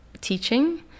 teaching